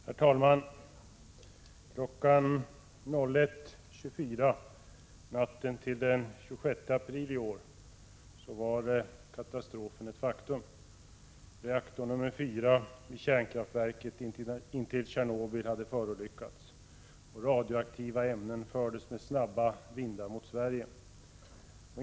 Herr talman! Klockan 01.24 natten till den 26 april i år var katastrofen ett faktum. Reaktor nr 4 vid kärnkraftverket intill Tjernobyl hade förolyckats. Radioaktiva ämnen fördes med snabba vindar mot Sverige.